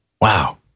Wow